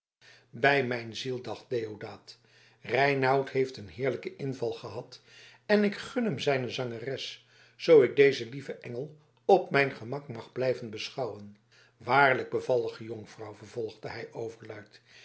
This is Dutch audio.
bij mijn ziel dacht deodaat reinout heeft een heerlijken inval gehad en ik gun hem zijne zangeres zoo ik dezen lieven engel op mijn gemak mag blijven beschouwen waarlijk bevallige jonkvrouw vervolgde hij overluid